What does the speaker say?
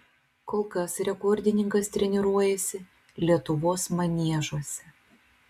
kol kas rekordininkas treniruojasi lietuvos maniežuose